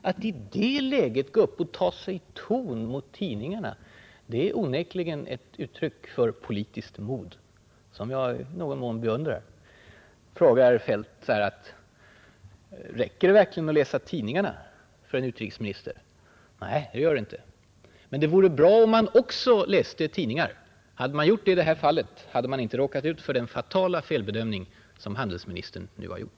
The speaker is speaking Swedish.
Att i det läget gå upp och ta sig ton mot tidningarna är onekligen ett uttryck för ett politiskt mod, som jag i någon mån beundrar. Sedan frågade herr Feldt: Räcker det verkligen för en utrikesminister att bara läsa tidningarna? Nej, det gör det inte. Men det vore bra om man också läste tidningarna. Hade man gjort det i det här fallet, så hade man inte råkat ut för den fatala felbedömning som handelsministern nu har gjort.